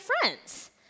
friends